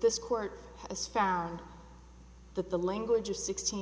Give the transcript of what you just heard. this court has found that the language of sixteen